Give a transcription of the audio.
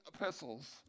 epistles